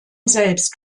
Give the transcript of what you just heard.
selbst